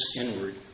inward